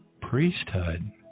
priesthood